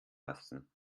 lassen